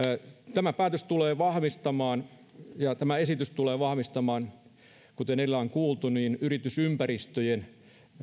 tämä päätös tulee vahvistamaan ja tämä esitys tulee vahvistamaan kuten edellä on kuultu yritysympäristöjä